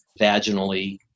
vaginally